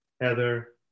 Heather